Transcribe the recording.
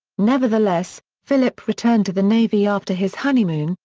nevertheless, philip returned to the navy after his honeymoon,